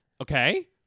okay